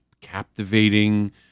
captivating